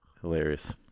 Hilarious